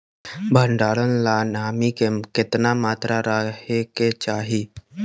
भंडारण ला नामी के केतना मात्रा राहेके चाही?